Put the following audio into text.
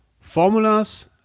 formulas